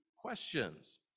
questions